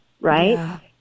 right